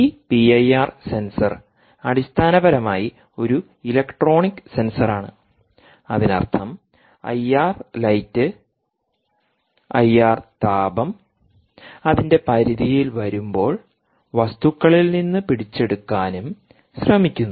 ഈ PIR sensor അടിസ്ഥാനപരമായി ഒരു ഇലക്ട്രോണിക് സെൻസറാണ് അതിനർത്ഥം ഐആർ ലൈറ്റ് ഐആർ താപം അതിന്റെ പരിധിയിൽ വരുമ്പോൾ വസ്തുക്കളിൽ നിന്ന് പിടിച്ചെടുക്കാനും ശ്രമിക്കുന്നു